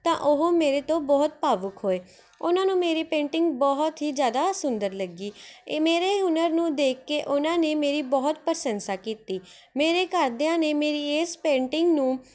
ਤਾਂ ਉਹ ਮੇਰੇ ਤੋਂ ਬਹੁਤ ਭਾਵੁਕ ਹੋਏ ਉਹਨਾਂ ਨੂੰ ਮੇਰੀ ਪੇਂਟਿੰਗ ਬਹੁਤ ਹੀ ਜ਼ਿਆਦਾ ਸੁੰਦਰ ਲੱਗੀ ਇਹ ਮੇਰੇ ਹੁਨਰ ਨੂੰ ਦੇਖ ਕੇ ਉਹਨਾਂ ਨੇ ਮੇਰੀ ਬਹੁਤ ਪ੍ਰਸ਼ੰਸਾ ਕੀਤੀ ਮੇਰੇ ਘਰ ਦਿਆਂ ਨੇ ਮੇਰੀ ਇਸ ਪੇਂਟਿੰਗ ਨੂੰ